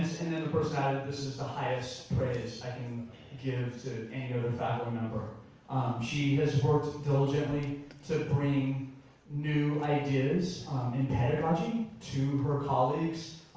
then the person added this is the highest praise i can give to any other faculty member. she has worked diligently so to bring new ideas in pedagogy to her colleagues.